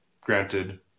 granted